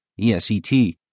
ESET